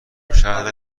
شهر